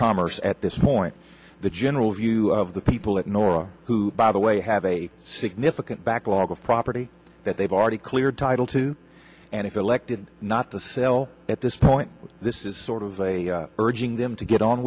commerce at this point the general view of the people at nora who by the way have a significant backlog of property that they've already cleared title to and if elected not to sell at this point this is sort of urging them to get on